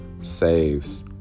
saves